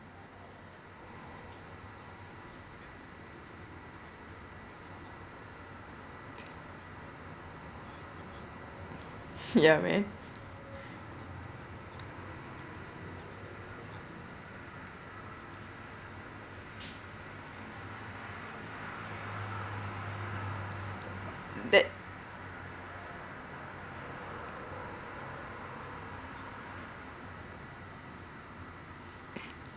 ya man that